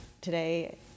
Today